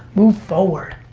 move forward.